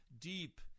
deep